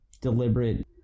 deliberate